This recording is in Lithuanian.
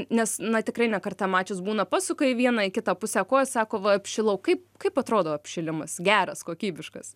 nes na tikrai ne kartą mačius būna pasukta į vieną į kitą pusę kojas sako va apšilau kaip kaip atrodo apšilimas geras kokybiškas